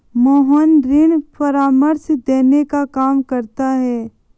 मोहन ऋण परामर्श देने का काम करता है